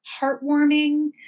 heartwarming